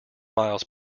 miles